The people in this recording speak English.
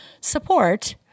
support